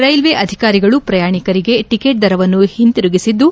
railway ಅಧಿಕಾರಿಗಳು ಪ್ರಯಾಣಿಕರಿಗೆ ticket ದರವನ್ನು ಹಿಂದಿರುಗಿಸುತ್ತಿದ್ದು